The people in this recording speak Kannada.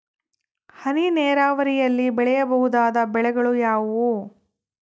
ಹನಿ ನೇರಾವರಿಯಲ್ಲಿ ಬೆಳೆಯಬಹುದಾದ ಬೆಳೆಗಳು ಯಾವುವು?